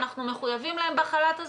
אנחנו מחויבים להם בחל"ת הזה,